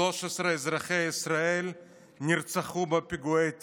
13 אזרחי ישראל נרצחו בפיגועי טרור.